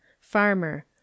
farmer